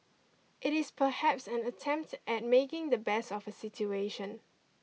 it is perhaps an attempt at making the best of a situation